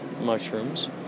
mushrooms